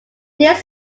this